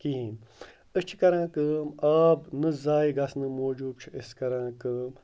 کِہیٖنۍ أسۍ چھِ کَران کٲم آب نہٕ ضایع گژھنہٕ موٗجوٗب چھِ أسۍ کَران کٲم